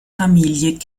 familie